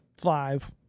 five